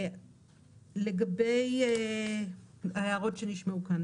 לגבי ההערות שנשמעו כאן